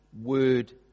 word